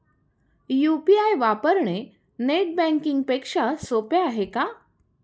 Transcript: UPI वापरणे net banking पेक्षा सोपे आहे का?